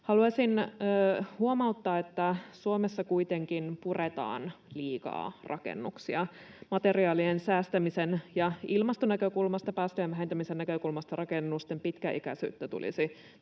Haluaisin huomauttaa, että Suomessa kuitenkin puretaan liikaa rakennuksia. Materiaalien säästämisen ja ilmaston näkökulmasta, päästöjen vähentämisen näkökulmasta, rakennusten pitkäikäisyyttä tulisi